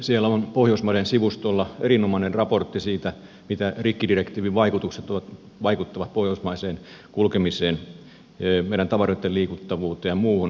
siellä on pohjoismaiden sivustolla erinomainen raportti siitä miten rikkidirektiivi vaikuttaa pohjoismaiseen kulkemiseen meidän tavaroitten liikuttamiseen ja muuhun